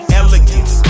elegance